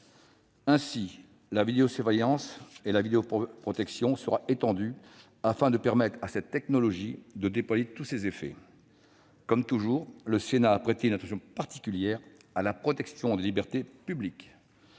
mission. Ainsi, la vidéoprotection sera étendue, afin de permettre à cette technologie de déployer tous ses effets. Comme toujours, le Sénat a prêté une attention particulière à la protection des libertés publiques.